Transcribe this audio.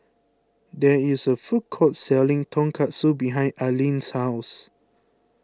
there is a food court selling Tonkatsu behind Alleen's house